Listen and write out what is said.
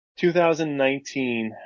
2019